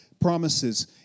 promises